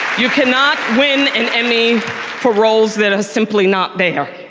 you cannot win an emmy for roles that are simply not there.